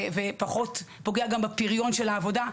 פוגע גם בפריון של העבודה.